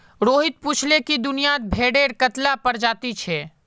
रोहित पूछाले कि दुनियात भेडेर कत्ला प्रजाति छे